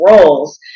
roles